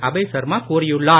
அபய் சர்மா கூறியுள்ளார்